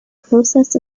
process